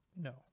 No